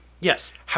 Yes